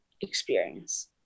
experience